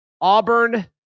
Auburn